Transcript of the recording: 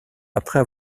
après